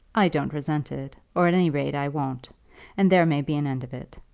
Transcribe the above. i don't resent it, or, at any rate, i won't and there may be an end of it.